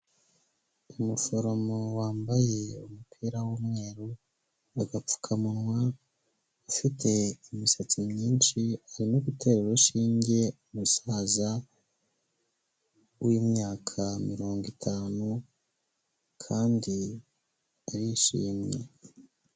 Umuforomo wambaye umupira w'umweru n'agapfukamunwa ufite imisatsi myinshi, arimo gutera urushinge umusaza w'imyaka mirongo itanu kandi arishimye.